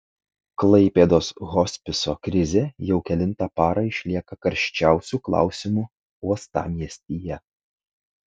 klaipėdos hospiso krizė jau kelintą parą išlieka karščiausiu klausimu uostamiestyje